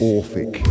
Orphic